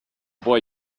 boy